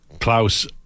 Klaus